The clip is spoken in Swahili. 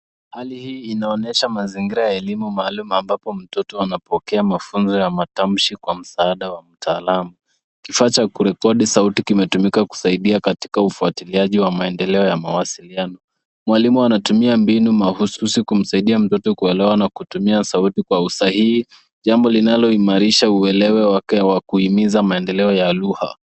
Hali hii inaonyesha mazingira ya elimu maalum ambapo mtoto anapokea mafunzo ya matamshi kwa msaada wa mtaalam. Kifaa cha kurekodi sauti kimetumika kusaidia katika ufuatiliaji wa maendeleo ya mawasiliano. Mwalimu anatumia mbinu mahususi kumsaidia mtoto kuelewa na kutumia sauti kwa usahihi jambo linaloimarisha uwelewa wake wa kuhimiza maendeleo ya lugha.